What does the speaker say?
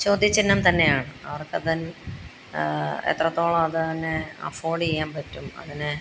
ചോദ്യചിഹ്നം തന്നെയാണ് അവർക്കത് എത്രത്തോളം അതിനെ അഫോടെയ്യാൻ പറ്റും അതിനെ